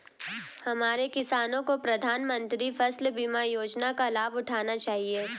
हमारे किसानों को प्रधानमंत्री फसल बीमा योजना का लाभ उठाना चाहिए